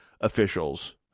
officials